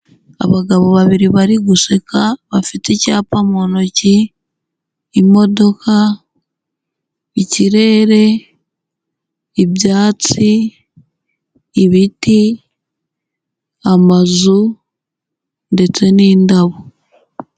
Abagabo babiri bari guseka, bafite icyapa mu ntoki, imodoka, ikirere, ibyatsi, ibiti, amazu, ndetse n'indabo.